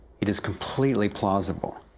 it is completely plausible.